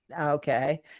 Okay